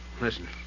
Listen